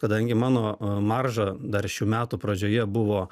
kadangi mano marža dar šių metų pradžioje buvo